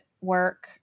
work